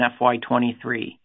FY23